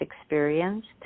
experienced